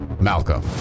Malcolm